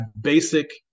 basic